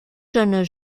jeunes